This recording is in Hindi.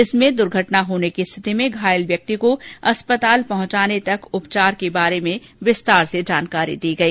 इसमें दुर्घटना होने की रिथिति में घायल व्यक्ति को अस्पताल पहुंचाने तक उपचार के बारे में विस्तार से जानकारी दी गई